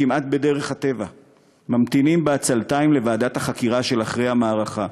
כמעט בדרך הטבע ממתינים בעצלתיים לוועדת החקירה של אחרי המערכה.